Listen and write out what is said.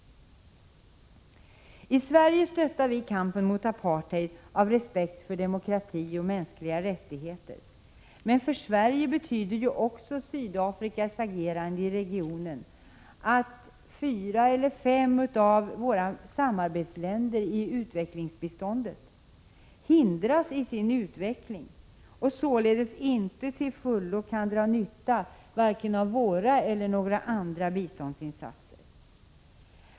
I Sverige stöttar vi kampen mot apartheid av respekt för demokrati och mänskliga rättigheter. Men för Sverige betyder också Sydafrikas agerande i regionen att fyra eller fem av våra samarbetsländer för utvecklingsbistånd hindras i sin utveckling och således inte till fullo kan dra nytta av vare sig våra eller några andra biståndsinsatser.